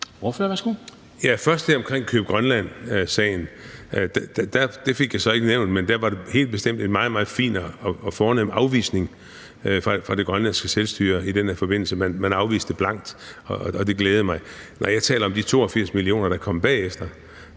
at man ville købe Grønland, sige – og det fik jeg ikke nævnt – at det helt bestemt var en meget, meget fin og fornem afvisning, det grønlandske selvstyre kom med i den forbindelse. Man afviste det blankt, og det glædede mig. Jeg taler om de 82 mio. kr., der kom bagefter